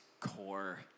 core